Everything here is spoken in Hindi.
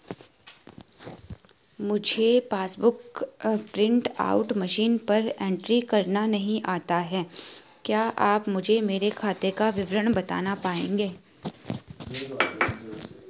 मुझे passbook book print out machine पर एंट्री करना नहीं आता है क्या आप मुझे मेरे खाते का विवरण बताना पाएंगे?